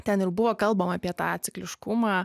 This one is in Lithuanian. ten ir buvo kalbama apie tą cikliškumą